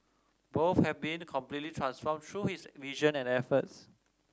both have been completely transformed through his vision and efforts